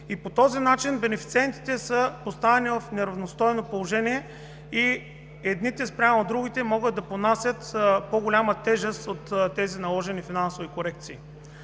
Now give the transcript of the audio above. По този начин бенефициентите са поставени в неравностойно положение и едните спрямо другите могат да понасят по-голяма тежест от тези наложени финансови корекции.